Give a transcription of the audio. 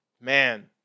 man